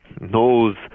knows –